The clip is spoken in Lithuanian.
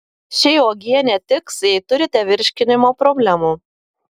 ši uogienė tiks jei turite virškinimo problemų